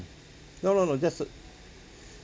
no no no just to